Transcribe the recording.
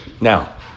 Now